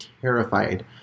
terrified